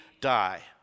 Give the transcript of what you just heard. die